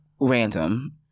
Random